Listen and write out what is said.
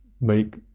make